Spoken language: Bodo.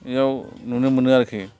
बेयाव नुनो मोनो आरोखि